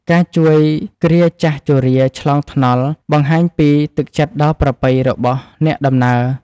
ការជួយគ្រាហ៍ចាស់ជរាឆ្លងថ្នល់បង្ហាញពីទឹកចិត្តដ៏ប្រពៃរបស់អ្នកដំណើរ។